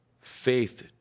faith